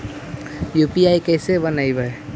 UPI कैसे बनइबै?